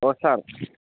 अ सार